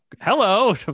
hello